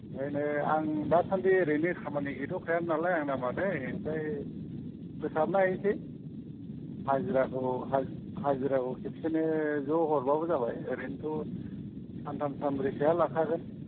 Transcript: ओंखायनो आं दा सानदि ओरैनो खामानि गैथ'खाया नालाय मादै आमफ्राय फोसाबना हैसै हाजिराखौ हाजिराखौ खेबसेनो ज' हरब्लाबो जाबाय ओरैनोथ' सानथाम सानब्रै सोआ लाखागोन